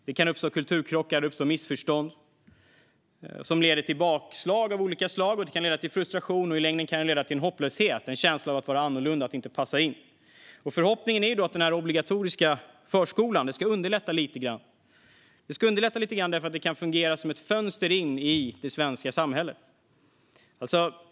Det kan uppstå kulturkrockar och missförstånd som leder till olika typer av bakslag, vilket kan leda till frustration och hopplöshet och i förlängningen till en känsla av att vara annorlunda och inte passa in. Förhoppningen är att den obligatoriska förskolan ska underlätta lite grann genom att fungera som ett fönster in i det svenska samhället.